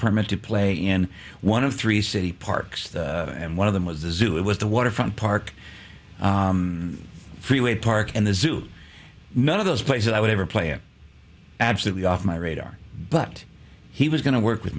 permit to play in one of three city parks and one of them was the zoo it was the waterfront park freeway park and the zoo none of those places i would ever play it absolutely off my radar but he was going to work with